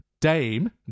Dame